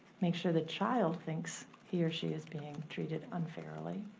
make sure the child thinks he or she is being treated unfairly.